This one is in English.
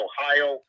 Ohio